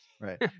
right